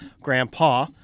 grandpa